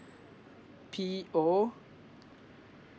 P O